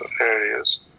areas